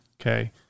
Okay